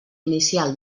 inicial